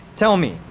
tell me,